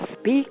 speak